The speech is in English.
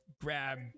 grab